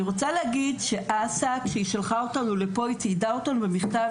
אני רוצה להגיד שכשאסא שלחה אותנו לפה היא ציידה אותנו במכתב